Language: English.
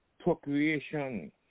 procreation